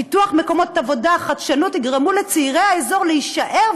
פיתוח מקומות עבודה וחדשנות יגרמו לצעירי האזור להישאר,